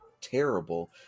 terrible